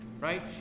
right